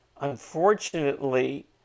Unfortunately